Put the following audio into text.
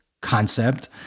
concept